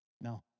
No